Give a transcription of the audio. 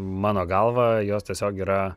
mano galva jos tiesiog yra